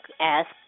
Ask